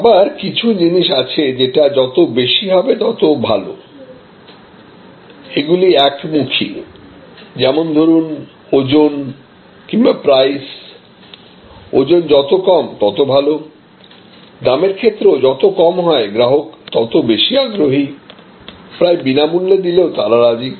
আবার কিছু জিনিস আছে যেটা যত বেশি হবে তত ভালো এগুলি একমুখীযেমন ধরুন ওজন কিংবা প্রাইস ওজন যত কম তত ভালো দামের ক্ষেত্রেও যত কম হয় গ্রাহক ততো বেশি আগ্রহী প্রায় বিনামূল্যে দিলেও তারা রাজি